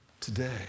today